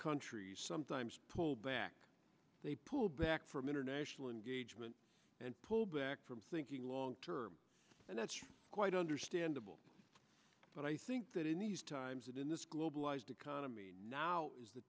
countries sometimes pull back they pull back from international engagement and pull back from thinking long term and that's quite understandable but i think that in these times and in this globalized economy now is the